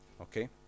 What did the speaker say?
Okay